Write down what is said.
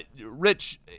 rich